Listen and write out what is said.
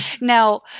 Now